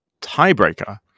tiebreaker